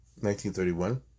1931